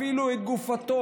אפילו את גופתו,